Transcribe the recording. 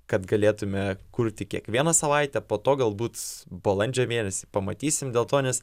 kad galėtume kurti kiekvieną savaitę po to galbūt balandžio mėnesį pamatysim dėl to nes